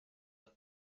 the